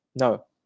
No